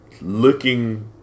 looking